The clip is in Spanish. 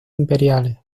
imperiales